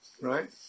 right